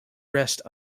rest